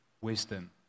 wisdom